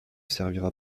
servira